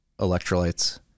electrolytes